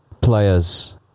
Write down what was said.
players